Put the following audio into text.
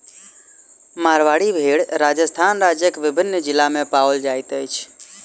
मारवाड़ी भेड़ राजस्थान राज्यक विभिन्न जिला मे पाओल जाइत अछि